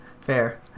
Fair